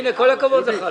הנה, כל הכבוד לך.